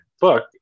book